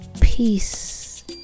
Peace